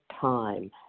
time